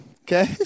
Okay